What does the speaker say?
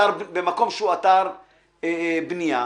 במקום שהוא אתר בנייה,